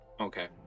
Okay